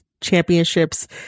Championships